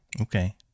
okay